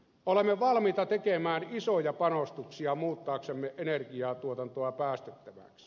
olemme valmiita tekemään isoja panostuksia muuttaaksemme energiantuotantoa päästöttömäksi